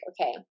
okay